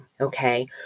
okay